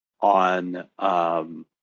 on